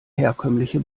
herkömmliche